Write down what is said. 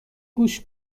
گوش